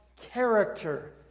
character